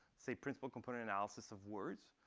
say, principal component analysis of words.